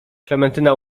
klementyna